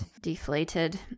deflated